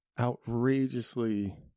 outrageously